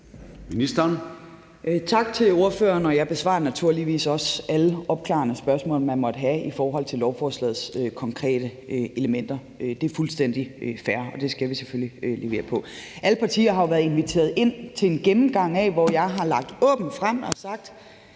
Løhde): Tak til ordføreren. Jeg besvarer naturligvis også alle opklarende spørgsmål, man måtte have i forhold til lovforslagets konkrete elementer. Det er fuldstændig fair, og det skal vi selvfølgelig levere på. Alle partier har jo været inviteret ind til en gennemgang, hvor jeg har lagt det åbent frem og sagt,